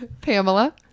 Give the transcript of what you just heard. Pamela